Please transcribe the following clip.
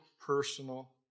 personal